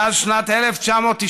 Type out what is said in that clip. מאז שנת 1992,